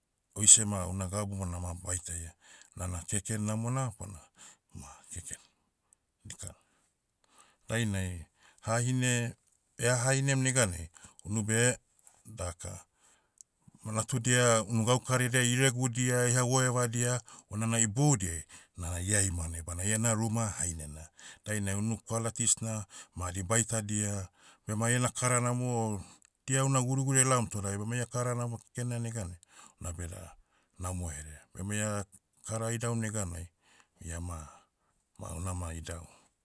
Oisema una gabu bona ma baitaia. Nana keken namona bona, ma keken, dikana. Dainai, hahine- ea hahinem neganai, unube, daka, natudia, unu gakaredia iregudia iha goevadia, unana iboudiai, nana ia imanai bana iana ruma hainena. Dainai unu qualities na, madi baitadia. Bema iena kara namo, dia una guriguri elaom toda bema ia kara namo keken na neganai, unabeda, namo herea. Bema ia, kara idau neganai, iama, ma una ma idau.